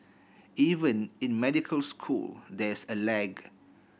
even in medical school there's a lag